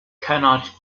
cannot